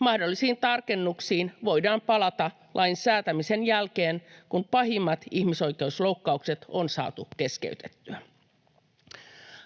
Mahdollisiin tarkennuksiin voidaan palata lain säätämisen jälkeen, kun pahimmat ihmisoikeusloukkaukset on saatu keskeytettyä.